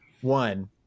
one